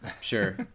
sure